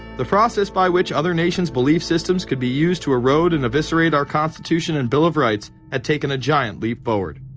the process by which other nation's belief systems. could be used to erode and eviscerate. our constitution and bill of rights had taken a giant leap forward.